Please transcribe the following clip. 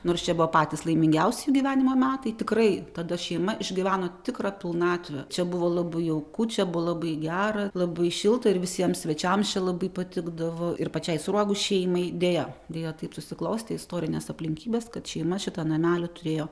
nors čia buvo patys laimingiausi jų gyvenimo metai tikrai tada šeima išgyveno tikrą pilnatvę čia buvo labai jauku čia buvo labai gera labai šilta ir visiems svečiams čia labai patikdavo ir pačiai sruogų šeimai deja deja taip susiklostė istorinės aplinkybės kad šeima šitą namelį turėjo